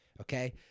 Okay